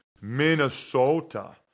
Minnesota